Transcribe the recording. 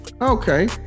Okay